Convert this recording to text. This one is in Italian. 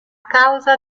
causa